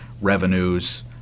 revenues